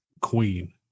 queen